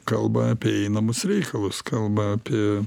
kalba apie einamus reikalus kalba apie